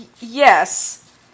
Yes